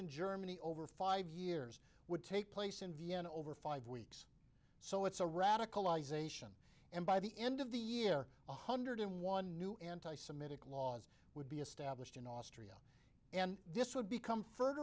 in germany over five years would take place in vienna over five weeks so it's a radicalize ation and by the end of the year one hundred and one new anti semitic laws would be established in all and this would becom